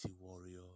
Warrior